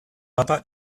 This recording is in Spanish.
papa